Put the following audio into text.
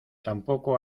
tampoco